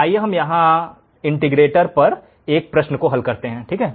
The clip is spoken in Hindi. आइए हम इंटीग्रेटर पर एक प्रश्न को हल करें